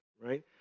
right